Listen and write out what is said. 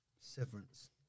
Severance